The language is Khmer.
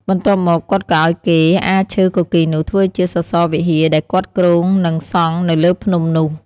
បន្ទាប់មក គាត់ក៏ឲ្យគេអារឈើគគីរនោះធ្វើជាសសរវិហារដែលគាត់គ្រោងនឹងសង់នៅលើភ្នំនោះ។